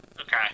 okay